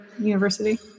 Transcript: university